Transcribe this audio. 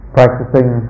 practicing